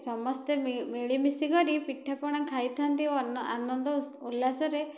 ସମସ୍ତେ ମିଳିମିଶି କରି ପିଠାପଣା ଖାଇଥାନ୍ତି ଓ ଆନନ୍ଦ ଉଲ୍ଲାସରେ